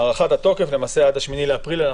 התשפ"א-2021,